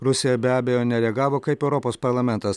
rusija be abejo nereagavo kaip europos parlamentas